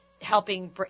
Helping